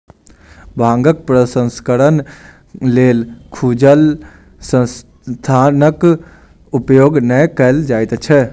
भांगक प्रसंस्करणक लेल खुजल स्थानक उपयोग नै कयल जाइत छै